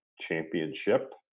championship